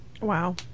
Wow